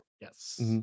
Yes